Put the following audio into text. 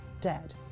dead